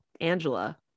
Angela